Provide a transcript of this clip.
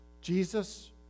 Jesus